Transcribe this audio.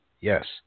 Yes